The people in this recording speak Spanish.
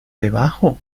debajo